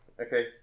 Okay